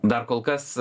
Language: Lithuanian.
dar kol kas